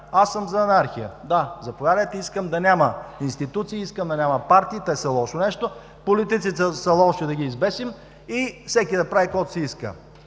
аз съм за анархия. Да, заповядайте, искам да няма институции, искам да няма партии – те са лошо нещо, политиците са лоши, да ги избесим и всеки да прави каквото си иска.